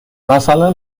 مثلا